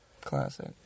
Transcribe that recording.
Classic